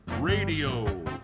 radio